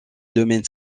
domaine